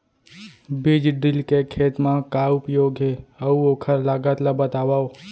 बीज ड्रिल के खेत मा का उपयोग हे, अऊ ओखर लागत ला बतावव?